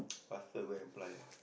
faster go and apply ah